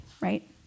right